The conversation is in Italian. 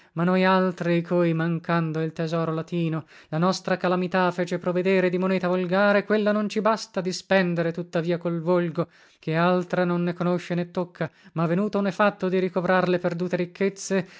ma noi altri cui mancando il tesoro latino la nostra calamità fece provedere di moneta volgare quella non ci basta di spendere tuttavia col volgo che altra non ne conosce né tocca ma venutone fatto di ricovrar le perdute ricchezze